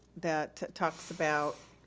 that talks about,